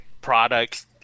products